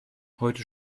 heute